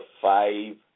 five